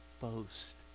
boast